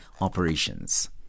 operations